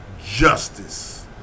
justice